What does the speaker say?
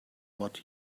what